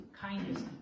kindness